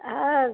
ஆ